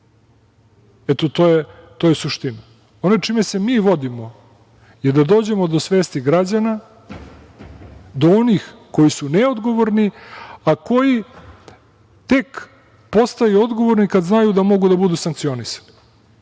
Eto to je suština. Ono čime se mi vodimo je da dođemo do svesti građana, do onih koji su neodgovorni, a koji tek postaju odgovorni kada znaju da mogu da budu sankcionisani.